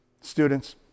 students